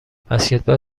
بسکتبال